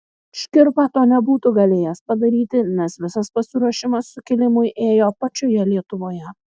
škirpa to nebūtų galėjęs padaryti nes visas pasiruošimas sukilimui ėjo pačioje lietuvoje